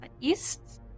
east